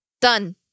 Done